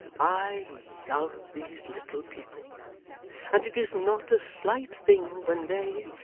i love these little people and it is not a slight thing when they,